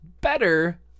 better